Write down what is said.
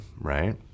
right